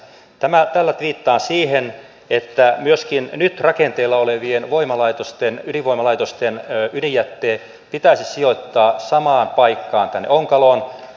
tällä viittaan siihen että myöskin nyt rakenteilla olevien ydinvoimalaitosten ydinjätteet pitäisi sijoittaa samaan paikkaan tänne onkaloon